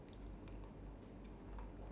what was your original thought